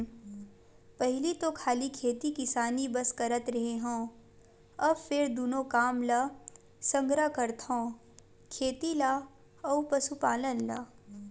पहिली तो खाली खेती किसानी बस करत रेहे हँव, अब फेर दूनो काम ल संघरा करथव खेती ल अउ पसुपालन ल